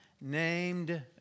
named